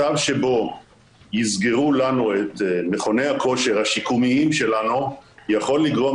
מצב שבו יסגרו לנו את מכוני הכושר השיקומיים שלנו יכול לגרום